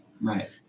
right